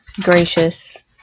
gracious